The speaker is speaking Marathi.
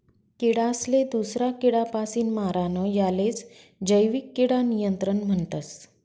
किडासले दूसरा किडापासीन मारानं यालेच जैविक किडा नियंत्रण म्हणतस